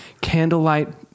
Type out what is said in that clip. candlelight